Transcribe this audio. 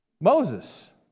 Moses